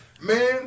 Man